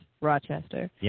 Rochester